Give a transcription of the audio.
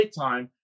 time